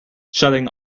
shutting